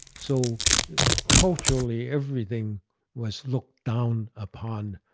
so culturally, everything was looked down upon,